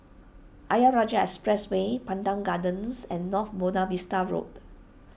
Ayer Rajah Expressway Pandan Gardens and North Buona Vista Road